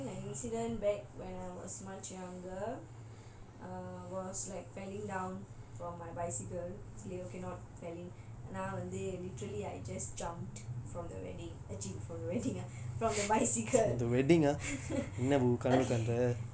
K எனக்கு வந்து:enakku vanthu I think an incident back when I was much younger err was like felling down from my bicycle okay not நான் வந்து:na vanthu literally I just jumped from the wedding from the wedding ah from the bicycle